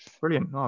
Brilliant